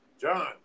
John